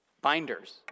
binders